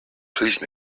please